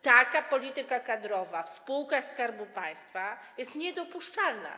Taka polityka kadrowa w spółkach Skarbu Państwa jest niedopuszczalna.